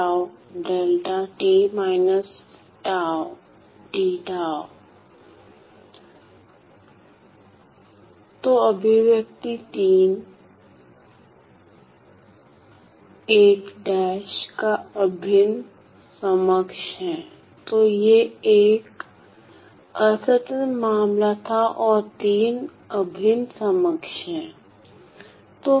तो यह I असतत मामला था और अभिन्न समकक्ष है